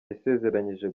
yasezeranyije